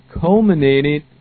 culminated